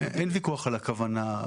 אין ויכוח על כוונה.